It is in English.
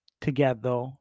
together